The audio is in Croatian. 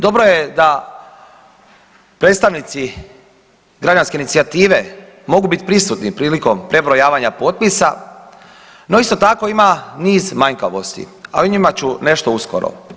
Dobro je da predstavnici građanske inicijative mogu biti prisutni prilikom prebrojavanja potpisa, no isto tako, ima niz manjkavosti, a i u njima ću nešto uskoro.